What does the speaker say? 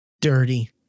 dirty